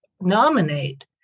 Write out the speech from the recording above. nominate